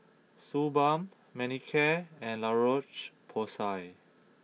Suu Balm Manicare and La Roche Porsay